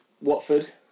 Watford